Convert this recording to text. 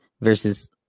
versus